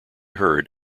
heard